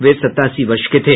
वे सतासी वर्ष के थे